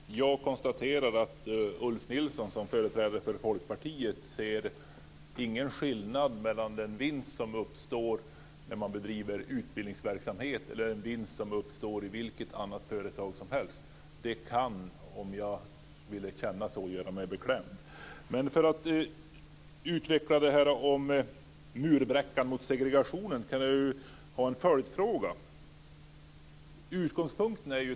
Fru talman! Jag konstaterar att Ulf Nilsson som företrädare för Folkpartiet inte ser någon skillnad mellan vinst som uppstår när man bedriver utbildningsverksamhet och vinst som uppstår i vilket annat företag som helst. Det gör mig beklämd. Låt mig utveckla en följdfråga om murbräckan mot segregationen.